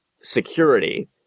security